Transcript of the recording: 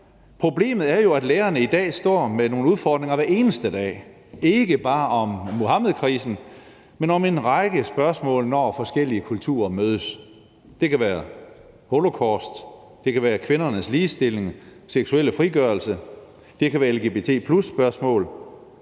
Problemet er jo, at lærerne i dag står med nogle udfordringer hver eneste dag, ikke bare i forhold til Muhammedkrisen, men i forhold til en række spørgsmål, når forskellige kulturer mødes. Det kan være holocaust, det kan være kvindernes ligestilling, det kan være den seksuelle frigørelse, det kan være lgbt+-spørgsmål,